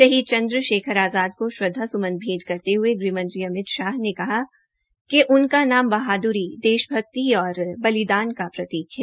शहीद चन्द्र शेखर का श्रद्दास्मन करते हये गृहमंत्री अमित शाह ने कहा कि उनका नाम बहाद्री देशभक्ति और बलिदान का प्रतीक है